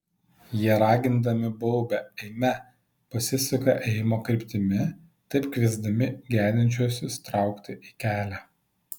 jie ragindami baubia eime pasisuka ėjimo kryptimi taip kviesdami gedinčiuosius traukti į kelią